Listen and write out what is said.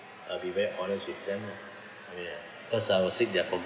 I'll be very honest with them lah ya cause I will seek their for~